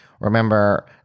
Remember